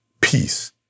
peace